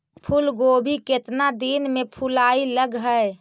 फुलगोभी केतना दिन में फुलाइ लग है?